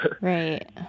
Right